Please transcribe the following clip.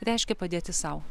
reiškia padėti sau